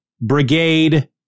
Brigade